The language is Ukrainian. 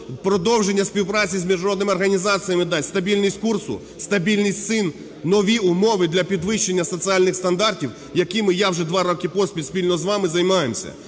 Продовження співпраці з міжнародними організаціями дасть стабільність курсу, стабільність цін, нові умови для підвищення соціальних стандартів, якими я вже два роки поспіль спільно з вами займаємося.